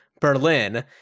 Berlin